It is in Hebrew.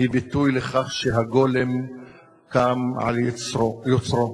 היא ביטוי לכך שהגולם קם על יוצרו.